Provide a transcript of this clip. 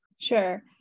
Sure